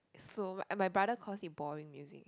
it's slow and my brother calls it boring you see